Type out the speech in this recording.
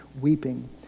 weeping